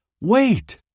Wait